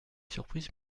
surprise